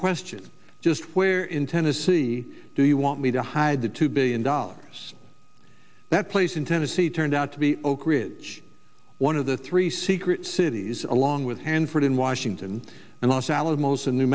question just where in tennessee do you want me to hide the two billion dollars that place in tennessee turned out to be oakridge one of the three secret cities along with hanford in washington and los alamos in new